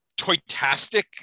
toytastic